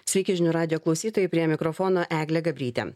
sveiki žinių radijo klausytojai prie mikrofono eglė gabrytė